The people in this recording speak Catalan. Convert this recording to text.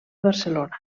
barcelona